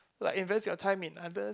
like invest your time in others